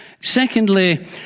Secondly